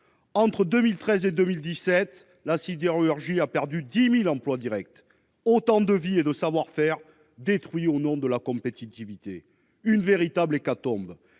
Entre 2013 et 2017, la sidérurgie a perdu près de 10 000 emplois directs. Autant de vies et de savoir-faire détruits au nom de la compétitivité. Une véritable hécatombe